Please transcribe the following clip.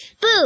Boo